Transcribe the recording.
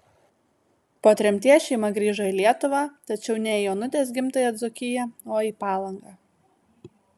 po tremties šeima grįžo į lietuvą tačiau ne į onutės gimtąją dzūkiją o į palangą